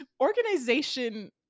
Organization